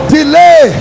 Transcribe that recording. Delay